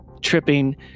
tripping